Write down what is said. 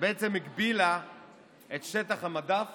שבעצם הגבילה את שטח המדף